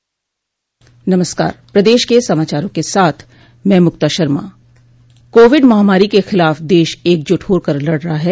Covid महामारी के खिलाफ देश एकजुट होकर लड़ रहा है